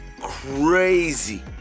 Crazy